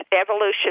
evolution